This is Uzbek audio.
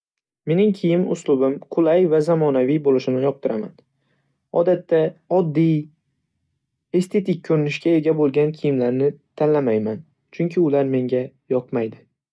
Mening kiyim uslubim qulay va zamonaviy bo'lishini yoqtiraman. Odatda, oddiy, estetik ko'rinishga ega bo'lgan kiyimlarni tanlayman, chunki ular menga yoqmaydi.